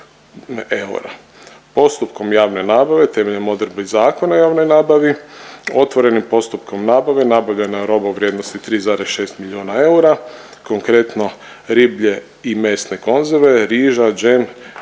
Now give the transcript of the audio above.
Postupkom javne nabave temeljem odredbi Zakona o javnoj nabavi otvorenim postupkom nabave nabavljena je roba u vrijednosti 3,6 miliona eura, konkretno riblje i mesne konzerve, riža, džem,